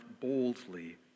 boldly